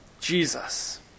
Jesus